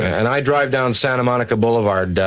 and i drive down santa monica boulevard,